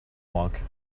monk